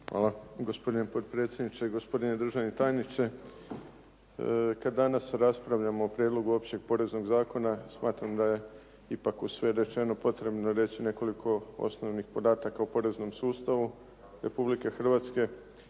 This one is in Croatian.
Hvala gospodine potpredsjedniče, gospodine državni tajniče. Kada danas raspravljamo o Prijedlogu općeg poreznog zakona, smatram da je ipak uz sve rečeno potrebno reći nekoliko osnovnih podataka o poreznom sustavu Republike Hrvatske